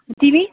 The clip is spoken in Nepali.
तिमी